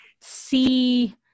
see